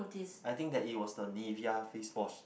I think that it was the Nivea face wash